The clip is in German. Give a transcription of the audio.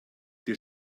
dir